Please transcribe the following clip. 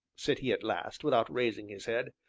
said he at last, without raising his head,